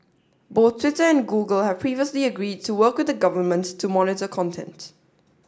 both Twitter and Google have previously agreed to work with the government to monitor content